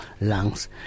lungs